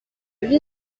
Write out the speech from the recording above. vie